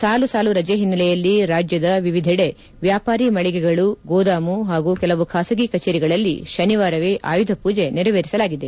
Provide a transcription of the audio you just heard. ಸಾಲು ಸಾಲು ರಜೆ ಹಿನ್ನೆಲೆಯಲ್ಲಿ ರಾಜ್ಯದ ವಿವಿದೆಡೆ ವ್ಯಾಪಾರಿ ಮಳಿಗೆಗಳು ಗೋದಾಮು ಹಾಗೂ ಕೆಲವು ಬಾಸಗಿ ಕಚೇರಿಗಳಲ್ಲಿ ಶನಿವಾರವೇ ಆಯುಧ ಪೂಜೆ ನೆರವೇರಿಸಲಾಗಿದೆ